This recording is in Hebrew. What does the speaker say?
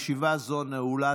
ישיבה זו נעולה.